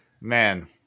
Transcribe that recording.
Man